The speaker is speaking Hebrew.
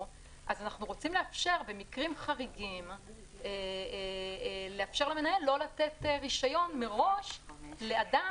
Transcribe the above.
אנחנו רוצים לאפשר למנהל במקרים חריגים לא לתת רישיון מראש לאדם